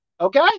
Okay